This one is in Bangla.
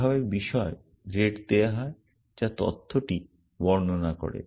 এই ভাবে বিষয় রেট দেওয়া হয় যা তথ্যটি বর্ণনা করে